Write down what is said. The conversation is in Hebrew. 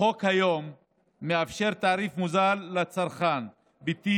החוק היום מאפשר תעריף מוזל לצרכן ביתי